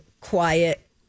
quiet